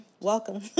welcome